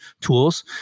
tools